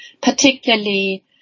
particularly